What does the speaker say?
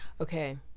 Okay